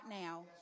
now